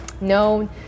known